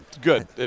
Good